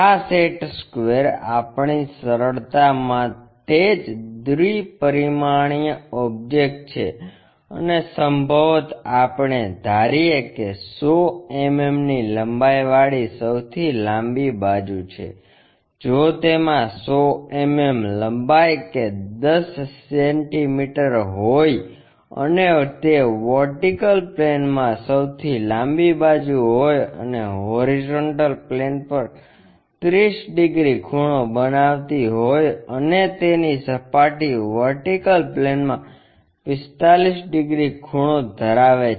આ set square આપણી સરળતા માટે જ દ્વિ પરિમાણીય ઑબ્જેક્ટ છે અને સંભવત આપણે ધારીએ કે 100 mmની લંબાઈવાળી સૌથી લાંબી બાજુ છે જો તેમાં 100 mm લંબાઈ કે 10 cm હોય અને તે વર્ટિકલ પ્લેનમાં સૌથી લાંબી બાજુ હોય અને હોરીઝોન્ટલ પ્લેન પર 30 ડિગ્રી ખૂણો બનાવતી હોય અને તેની સપાટી વર્ટિકલ પ્લેનમાં 45 ડિગ્રી ખૂણો ધરાવે છે